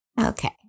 okay